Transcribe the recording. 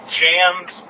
jams